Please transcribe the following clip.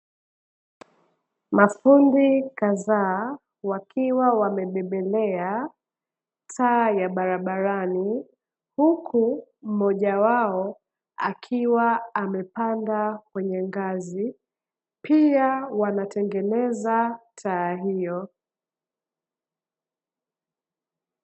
Mafundi kadhaa wakiwa wamebebelea taa ya barabarani, huku mmoja wao akiwa amepanda kwenye ngazi; pia wanatengeneza taa hiyo.